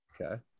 Okay